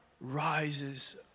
rises